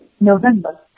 November